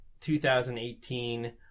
2018